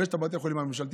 ויש את בתי החולים הממשלתיים,